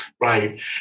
Right